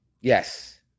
Yes